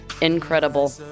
incredible